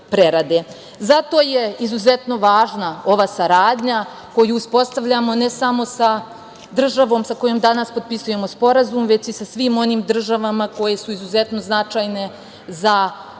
Zato je izuzetno važna ova saradnja koju uspostavljamo ne samo sa državom sa kojom danas potpisujemo sporazum, već i sa svim onim državama koje su izuzetno značajne za plasiranje